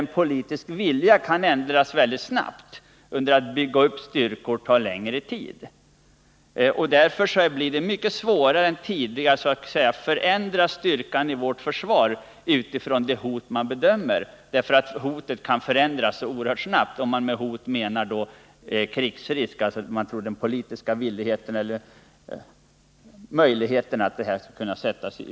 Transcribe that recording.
En politisk vilja kan ju ändras snabbt under det att det tar längre tid att bygga upp styrkor. Det blir således svårare än tidigare att förändra styrkan i vårt försvar utifrån det hot man bedömer finns — eftersom hotet kan förändras oerhört snabbt, om man med hot menar den politiska möjligheten att ta styrkorna i bruk, krigsrisken.